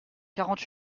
quarante